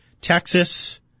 Texas